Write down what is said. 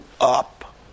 up